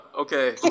Okay